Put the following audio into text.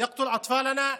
רוצח את הנשים שלנו,